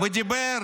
ודיבר